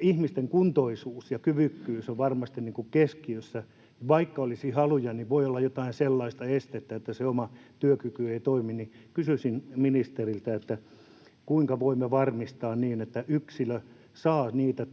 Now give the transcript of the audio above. ihmisten kuntoisuus ja kyvykkyys on varmasti keskiössä. Vaikka olisi haluja, niin voi olla jotain sellaista estettä, että se oma työkyky ei toimi, joten kysyisin ministeriltä: kuinka voimme varmistaa sen, että yksilö saa niitä